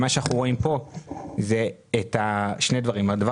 אנחנו רואים כאן שני דברים כאשר הדבר